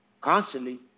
constantly